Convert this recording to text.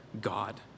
God